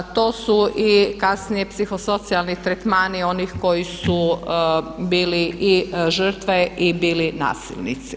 To su i kasnije psihosocijalni tretmani onih koji su bili i žrtve i bili nasilnici.